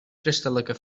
christelijke